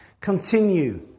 continue